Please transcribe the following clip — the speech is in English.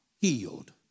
healed